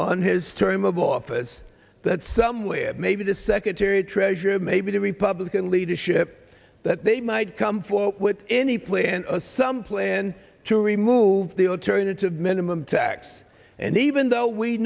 on his term of office that somewhere maybe the secretary of treasury or maybe the republican leadership that they might come forward with any plan a some plan to remove the alternative minimum tax and even though we